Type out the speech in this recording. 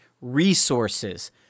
Resources